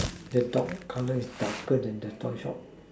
the dog color is darker that the toy shop